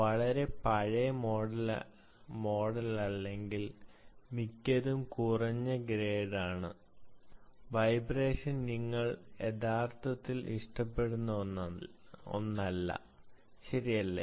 വളരെ പഴയ മോഡലല്ലെങ്കിൽ മിക്കതും കുറഞ്ഞ ഗ്രേഡാണെന്ന് ഞാൻ സമ്മതിക്കുന്നു വൈബ്രേഷൻ നിങ്ങൾ യഥാർത്ഥത്തിൽ ഇഷ്ടപ്പെടുന്ന ഒന്നല്ല ശരിയല്ലേ